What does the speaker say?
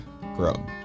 grow